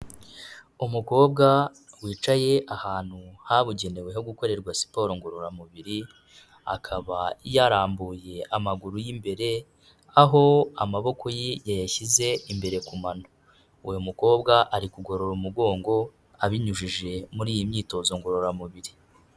Umukobwa wicaye ahantu habugenewe ho gukorerwa siporo ngororamubiri, akaba yarambuye amaguru y'imbere, aho amaboko ye yayashyize imbere ku mano, uyu mukobwa ari kugorora umugongo abinyujije muri iyi myitozo ngororamubiri.